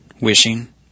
wishing